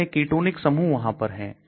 कितने Ketonic समूह वहां पर हैं